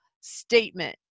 statement